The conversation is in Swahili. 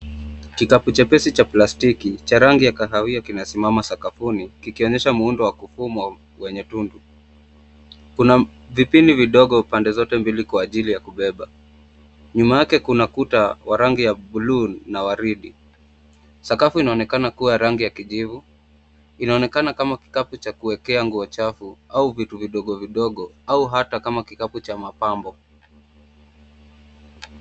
Kikapu chepesi cha plastiki cha rangi ya kahawia kimesimama sakafuni kikionyesha muundo wa kufumwa kwenye tundu. Kuna vipini vidogo pande zote mbili kwa ajili ya kubeba. Nyuma yake kuna kuta wa rangi ya buluu na waridi. Sakafu inaonekana kuwa ya rangi ya kijivu. Inaonekana kama kikapu cha kuwekea nguo chafu au vitu vidogo vidogo au hata kama kikapu cha mapambo.